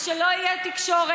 ושלא תהיה תקשורת,